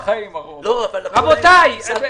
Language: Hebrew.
אני הבן